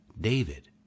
David